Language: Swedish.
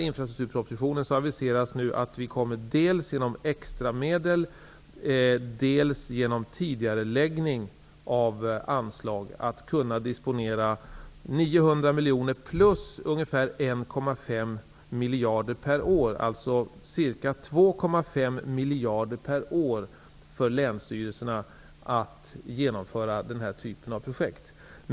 infrastrukturpropositionen aviseras nu dels extra medel, dels en tidigareläggning av anslag, så att 900 miljoner kronor plus ungefär 1,5 miljarder kronor per år kommer att kunna disponeras. Det blir ca 2,5 miljarder kronor per år för länsstyrelserna för att genomföra denna typ av projekt.